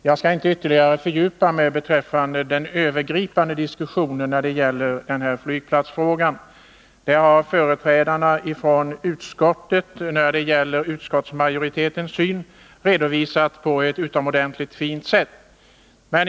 Herr talman! Jag skall inte fördjupa mig i den övergripande diskussionen i denna flygplatsfråga, eftersom företrädarna för utskottsmajoriteten redan har redovisat sin syn på ett utomordentligt fint sätt.